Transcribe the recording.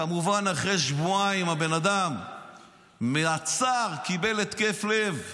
כמובן, אחרי שבועיים הבן אדם קיבל התקף לב מהצער,